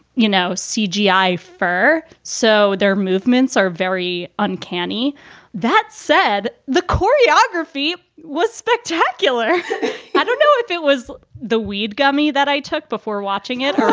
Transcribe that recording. you know, cgi fur. so their movements are very uncanny that said, the choreography was spectacular i don't know if it was the weed gummy that i took before watching it or